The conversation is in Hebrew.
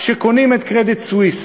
עיתון